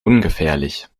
ungefährlich